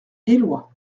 éloie